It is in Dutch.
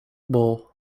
bol